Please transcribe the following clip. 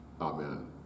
Amen